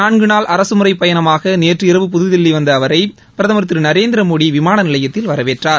நான்கு நாள் அரசமுறை பயணமாக நேற்றிரவு புததில்வி வந்த அவரை பிரதமர் திரு நரேந்திர மோடி விமானநிலையத்தில் வரவேற்றார்